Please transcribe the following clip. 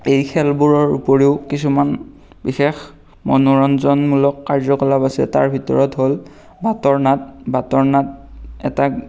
এই খেলবোৰৰ উপৰিও কিছুমান বিশেষ মনোৰঞ্জনমূলক কাৰ্যকলাপ আছে তাৰ ভিতৰত হ'ল বাটৰ নাট বাটৰ নাট এটা